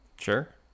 Sure